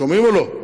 שומעים או לא?